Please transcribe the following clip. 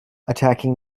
attacking